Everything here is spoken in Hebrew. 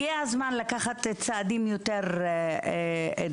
הגיע הזמן לקחת צעדים יותר דרסטיים.